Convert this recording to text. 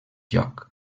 lloc